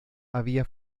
había